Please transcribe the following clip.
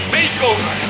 Makeover